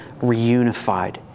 reunified